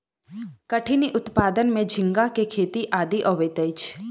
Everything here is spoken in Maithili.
कठिनी उत्पादन में झींगा के खेती आदि अबैत अछि